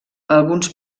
alguns